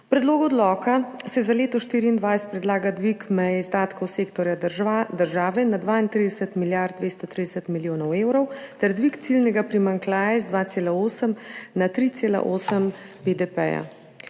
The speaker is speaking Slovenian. predlogu odloka se za leto 2024 predlaga dvig meje izdatkov sektorja država na 32 milijard 230 milijonov evrov ter dvig ciljnega primanjkljaja z 2,8 na 3,8 BDP.